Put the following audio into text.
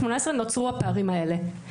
נוצרו הפערים האלה.